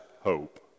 hope